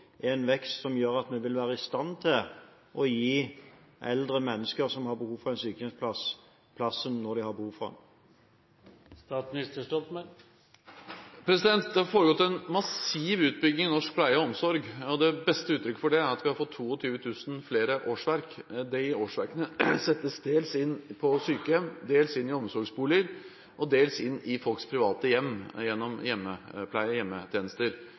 vil gjøre oss i stand til å gi eldre mennesker en sykehjemsplass når de har behov for den? Det har foregått en massiv utbygging i norsk pleie- og omsorgssektor. Det beste uttrykket for det er at vi har fått 22 000 flere årsverk. De årsverkene settes dels inn på sykehjem, dels inn i omsorgsboliger og dels inn i folks private hjem, gjennom hjemmetjenester.